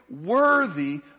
worthy